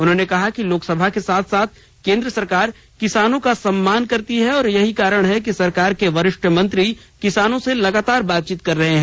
उन्होंने कहा कि लोकसभा के साथ साथ केंद्र सरकार किसानों का सम्मान करती है और यही कारण है कि सरकार के वरिष्ठ मंत्री किसानों से लगातार बातचीत कर रहे हैं